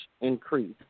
increase